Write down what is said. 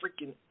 freaking